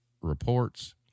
reports